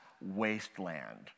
wasteland